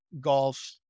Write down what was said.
golf